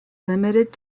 limited